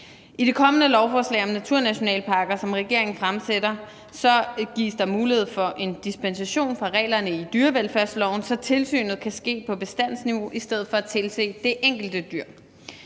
I det kommende lovforslag om naturnationalparker, som regeringen fremsætter, gives der mulighed for en dispensation fra reglerne i dyrevelfærdsloven, så tilsynet kan ske på bestandsniveau i stedet for at tilse det enkelte dyr.